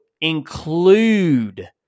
include